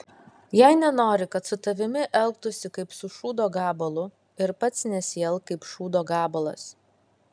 jei nenori kad su tavimi elgtųsi kaip su šūdo gabalu ir pats nesielk kaip šūdo gabalas